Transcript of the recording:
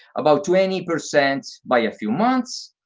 about twenty percent by a few months,